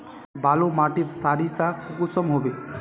बालू माटित सारीसा कुंसम होबे?